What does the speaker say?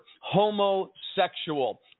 homosexual